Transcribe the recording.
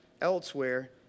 elsewhere